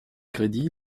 crédits